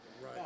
Right